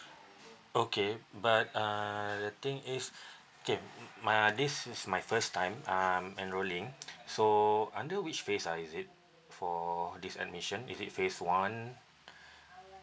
okay but uh the thing is okay my uh this is my first time um enrolling so under which phase ah is it for this admission is it phase one